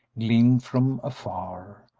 gleamed from afar,